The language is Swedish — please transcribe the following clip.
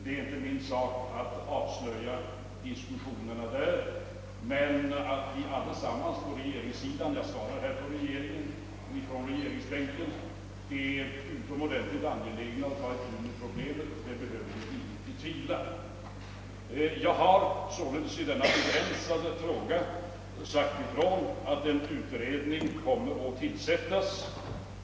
Det är inte min sak att avslöja diskussionerna där, men att vi alla på regeringssidan — jag svarar ju här från regeringsbänken är utomordentligt angelägna att ta itu med problemet behöver ingen betvivla. Jag har således i denna begränsade fråga sagt att en utredning kommer att tillsättas.